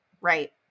right